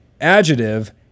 Adjective